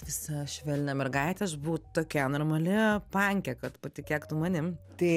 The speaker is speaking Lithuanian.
visa švelnią mergaitę aš būt tokia normali pankė kad patikėk tu manim tai